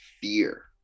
fear